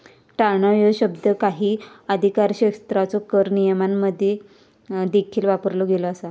टाळणा ह्यो शब्द काही अधिकारक्षेत्रांच्यो कर नियमांमध्ये देखील वापरलो गेलो असा